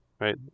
right